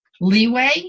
leeway